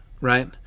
right